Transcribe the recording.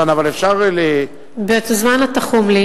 ונקבל את האישור להמשיך בתהליך החקיקה.